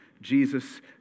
Jesus